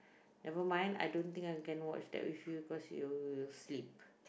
never mind I don't think I can watch that with you because you you'll sleep